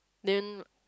then